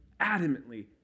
adamantly